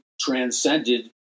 transcended